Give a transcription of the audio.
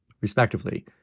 respectively